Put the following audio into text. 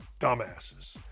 dumbasses